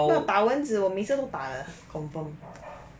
没有打蚊子我每次都打的 confirm